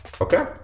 Okay